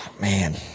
man